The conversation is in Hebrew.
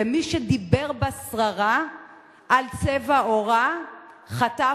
ומי שדיבר בה סרה על צבע עורה חטף,